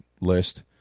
list